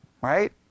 Right